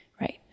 right